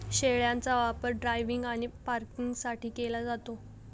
शेळ्यांचा वापर ड्रायव्हिंग आणि पॅकिंगसाठी केला जातो